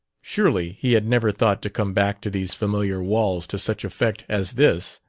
surely he had never thought to come back to these familiar walls to such effect as this.